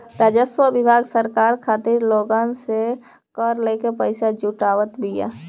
राजस्व विभाग सरकार खातिर लोगन से कर लेके पईसा जुटावत बिया